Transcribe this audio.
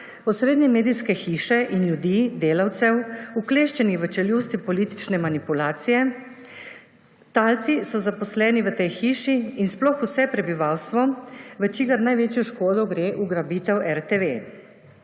osrednje medijske hiše in ljudi, delavcev, ukleščenih v čeljusti politične manipulacije, talci so zaposleni v tej hiši in sploh vse prebivalstvo, v čigar največjo škodo gre ugrabitev RTV.